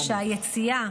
שהיציאה